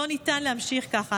לא ניתן להמשיך כך.